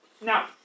Now